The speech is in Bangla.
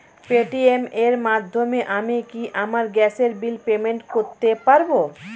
পেটিএম এর মাধ্যমে আমি কি আমার গ্যাসের বিল পেমেন্ট করতে পারব?